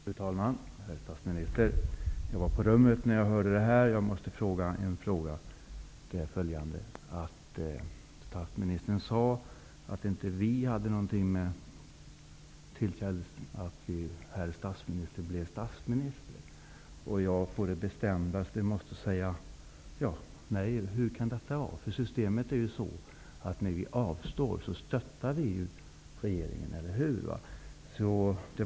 Fru talman! Herr statsminister! Jag var på mitt rum när jag hörde att denna debatt pågick. Jag måste därför få ställa följande fråga. Statsministern sade att vi i Ny demorkati inte hade något att göra med att herr statsministern blev statsminister. Hur kan detta vara? Systemet är ju så att när vi i Ny demokrati avstår från att rösta, stöttar vi regeringen. Eller hur?